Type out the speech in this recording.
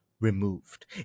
removed